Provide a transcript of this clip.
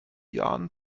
jahren